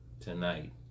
tonight